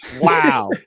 wow